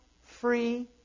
free